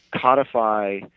codify